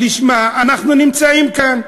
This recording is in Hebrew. שלשמה אנחנו נמצאים כאן.